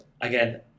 Again